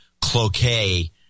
Cloquet